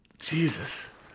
Jesus